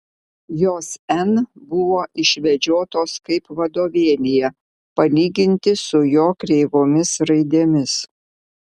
jos n buvo išvedžiotos kaip vadovėlyje palyginti su jo kreivomis raidėmis